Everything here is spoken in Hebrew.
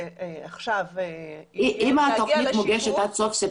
זה עכשיו מגיע לשיפוט,